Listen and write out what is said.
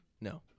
no